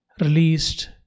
released